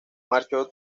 marchó